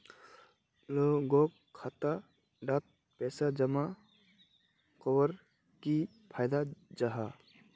लोगोक खाता डात पैसा जमा कवर की फायदा जाहा?